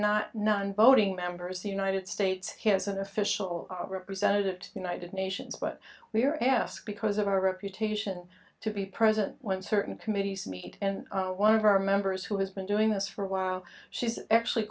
voting members the united states has an official representative to the united nations but we are asked because of our reputation to be present when certain committees meet and one of our members who has been doing this for a while she's actually